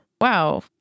wow